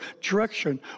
direction